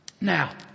Now